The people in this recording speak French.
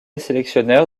sélectionneur